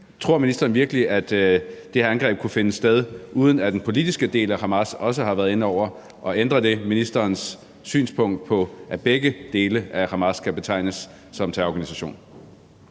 Tror ministeren virkelig, at det her angreb kunne finde sted, uden at den politiske del af Hamas også har været inde over? Og ændrer det ministerens synspunkt på, at begge dele af Hamas skal betegnes som terrororganisationer?